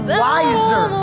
wiser